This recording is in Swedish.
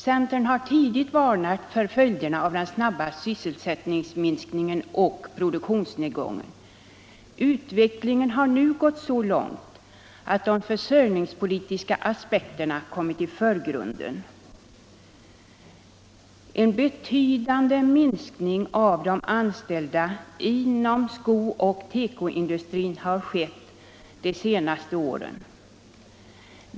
Centern har tidigt varnat för följderna av den snabba sysselsättningsminskningen och produktionsnedgången. Utvecklingen har nu gått så långt att de försörjningspolitiska aspekterna kommit i förgrunden. En betydande minskning av antalet anställda inom skoindustrin och tekoindustrin har skett de senaste åren.